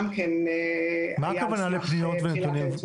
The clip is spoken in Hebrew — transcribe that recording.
גם כן היה על סמך פניות ונתונים.